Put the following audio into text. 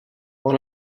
one